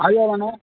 அது எவ்வளோண்ணே